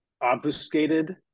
obfuscated